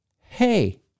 hey